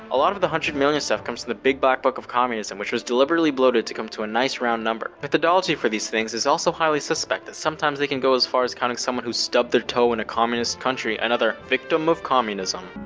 a lot of the one hundred million stuff comes from the big black book of communism, which was deliberately bloated to come to a nice round number. methodology for these things is also highly suspect as sometimes they can go as far as counting someone who stubbed their toe in a communist country another victim of communism.